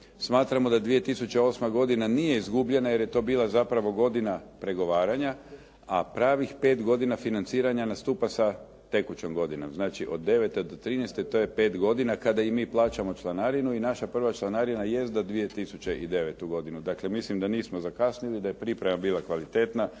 smatramo da 2008. godina nije izgubljena, jer je to bila zapravo godina pregovaranja, a pravih pet godina financiranja nastupa sa tekućom godinom. Znači od devete do trinaeste to je pet godina kada i mi plaćamo članarinu i naša prva članarina jest za 2009. godinu. Dakle, mislim da nismo zakasnili, da je priprema bila kvalitetna